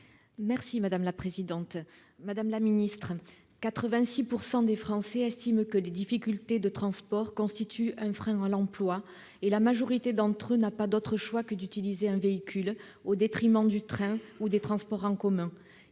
chargée des transports. Madame la ministre, 86 % des Français estiment que les difficultés de transports constituent un frein à l'emploi, et la majorité d'entre eux n'a pas d'autre choix que d'utiliser un véhicule, au détriment du train ou des transports en commun.